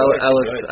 Alex